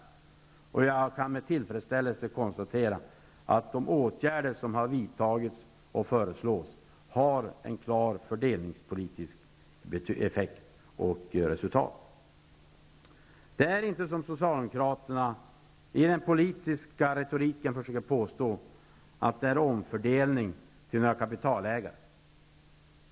Jag kan med tillfredsställelse konstatera att de åtgärder som har vidtagits och föreslås har en klar fördelningspolitisk effekt och ger resultat. Det är inte som Socialdemokraterna i sin politiska retorik försöker påstå, att det är fråga om omfördelning till kapitalägare.